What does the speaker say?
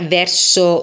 verso